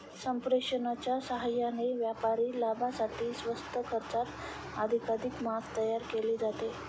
संप्रेरकांच्या साहाय्याने व्यापारी लाभासाठी स्वस्त खर्चात अधिकाधिक मांस तयार केले जाते